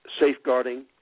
safeguarding